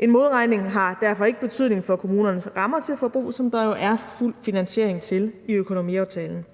En modregning har derfor ikke betydning for kommunernes rammer til forbrug, som der jo er fuld finansiering til i økonomiaftalen.